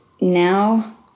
now